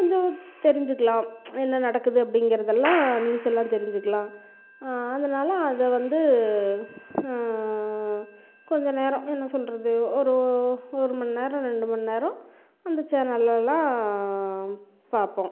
கொஞ்சம் தெரிஞ்சிக்கலாம் என்ன நடக்குது அப்படிங்கிறதெல்லாம் நியூஸ் எல்லா தெரிஞ்சிக்கலாம் அதனால் அதை வந்து கொஞ்ச நேரம் என்ன சொல்லுறது ஒரு ஒரு மண்நேரம் ரெண்டு மண்நேரம் அந்த சேனலைல்லாம் பார்ப்போம்